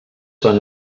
són